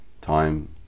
time